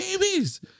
babies